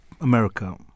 America